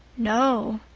no,